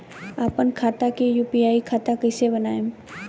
आपन खाता के यू.पी.आई खाता कईसे बनाएम?